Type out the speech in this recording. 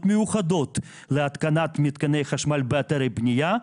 מיוחדות להתקנת מתקני חשמל באתרי בניה,